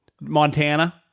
montana